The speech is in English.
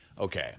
Okay